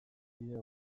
bideo